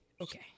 Okay